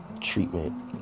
treatment